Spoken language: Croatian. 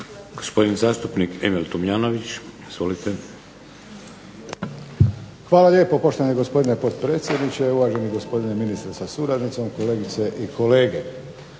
Gospodin zastupnik Emil Tomljanović. Izvolite. **Tomljanović, Emil (HDZ)** Hvala lijepo poštovani gospodine potpredsjedniče, uvaženi gospodine ministre sa suradnicom, kolegice i kolege.